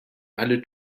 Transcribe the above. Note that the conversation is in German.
alle